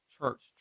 Church